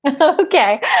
Okay